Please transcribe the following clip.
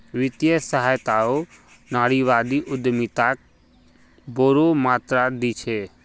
वित्तीय सहायताओ नारीवादी उद्यमिताक बोरो मात्रात दी छेक